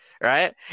right